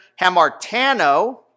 hamartano